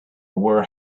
were